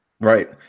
right